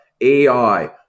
AI